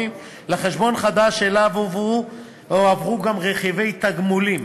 לחשבון החדש שאליו הועברו גם רכיבי התגמולים